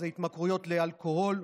חכו ותראו את הצבועים.